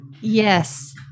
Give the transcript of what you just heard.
yes